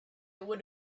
would